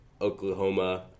Oklahoma